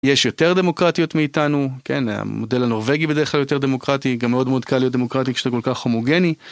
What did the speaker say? יש יותר דמוקרטיות מאיתנו, כן המודל הנורבגי בדרך כלל יותר דמוקרטי, גם מאוד מאוד קל להיות דמוקרטי כשאתה כל כך הומוגני.